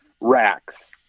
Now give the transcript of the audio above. racks